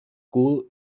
cool